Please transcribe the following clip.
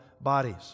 bodies